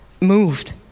moved